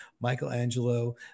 Michelangelo